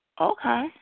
Okay